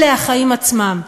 אלה החיים עצמם.